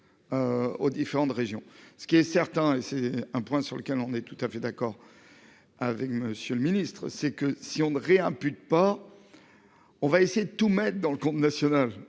Aux différentes régions, ce qui est certain et c'est un point sur lequel on est tout à fait d'accord. Avec Monsieur le Ministre, c'est que si on n'a rien pu de porc. On va essayer de tout mettre dans le. National,